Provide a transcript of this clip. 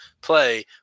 play